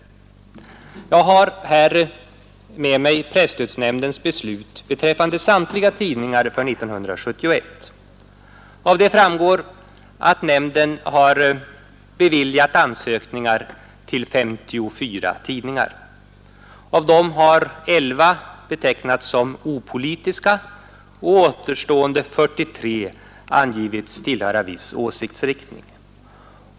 Jag har här med mig presstödsnämndens beslut beträffande samtliga tidningar för 1971. Av detta framgår att nämnden har beviljat ansökningar som bidrag till 54 tidningar. Av dem har 11 betecknats som opolitiska och återstående 43 angivits tillhöra viss åsiktsriktning.